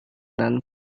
dan